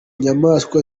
nyamaswa